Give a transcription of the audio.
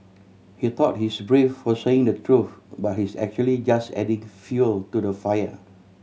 he thought he's brave for saying the truth but he's actually just adding fuel to the fire